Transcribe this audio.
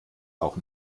auch